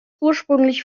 ursprünglich